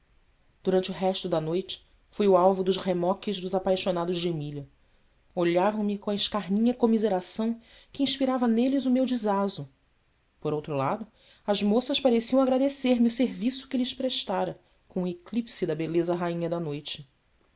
durante o resto da noite fui o alvo dos remoques dos apaixonados de emília olhavam me com a escarninha comiseração que inspirava neles o meu desazo por outro lado as moças pareciam agradecer me o serviço que lhes prestara com o eclipse da beleza rainha da noite